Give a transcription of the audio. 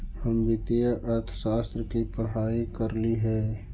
हम वित्तीय अर्थशास्त्र की पढ़ाई करली हे